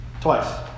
Twice